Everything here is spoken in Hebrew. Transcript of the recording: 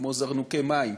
כמו זרנוקי מים,